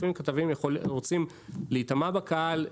לפעמים כתבים רוצים להיטמע בקהל.